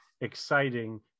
exciting